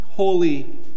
Holy